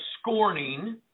scorning